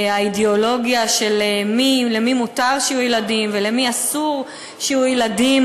האידיאולוגיה של למי מותר שיהיו ילדים ולמי אסור שיהיו ילדים,